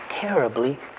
terribly